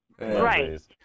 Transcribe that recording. Right